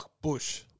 bush